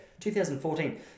2014